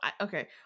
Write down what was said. okay